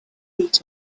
heat